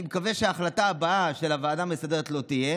אני מקווה שההחלטה הבאה של הוועדה המסדרת לא תהיה